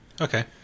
Okay